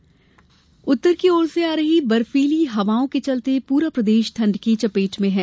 मौसम उत्तर की ओर से आ रही बर्फीली हवाओं के चलते पूरा प्रदेश ठंड की चपेट में है